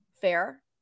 fair